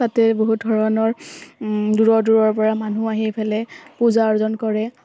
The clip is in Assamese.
তাতে বহুত ধৰণৰ দূৰৰ দূৰৰপৰা মানুহ আহি পেলাই পূজা অৰ্চনা কৰে